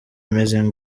amazing